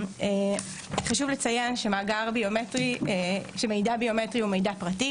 חשוב לציין שמידע ביומטרי הוא מידע פרטי